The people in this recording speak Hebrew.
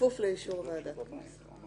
כפוף לאישור ועדת שרים.